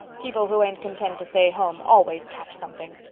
people who ain't content to stay home always catch something.